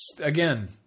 Again